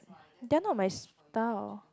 they're not my style